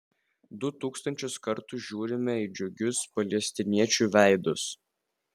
du tūkstančius kartų žiūrime į džiugius palestiniečių veidus